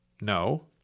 no